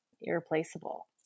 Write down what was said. irreplaceable